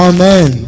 Amen